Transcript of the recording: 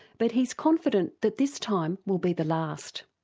but he's confident that this time will be the last.